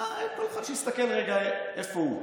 אין פה אחד שיסתכל רגע איפה הוא.